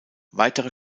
weitere